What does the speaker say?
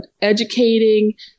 educating